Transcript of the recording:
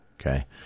Okay